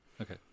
Okay